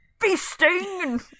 feasting